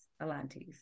Atlantis